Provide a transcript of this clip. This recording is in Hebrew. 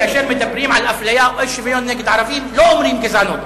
כאשר מדברים על אפליה או אי-שוויון נגד ערבים לא אומרים גזענות.